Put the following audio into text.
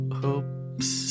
hopes